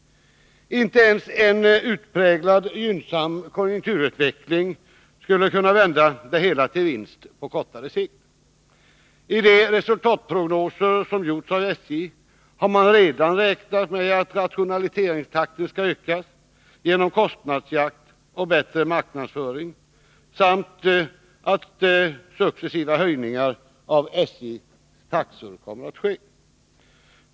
Inte ens en utpräglat gynnsam konjunkturutveckling skulle kunna vända det hela till vinst på kortare sikt. I de resultatprognoser som gjorts av SJ har man redan räknat med att rationaliseringstakten skall öka genom kostnadsjakt och bättre marknadsföring samt att successiva höjningar av SJ:s taxor kommer att ske.